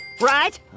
right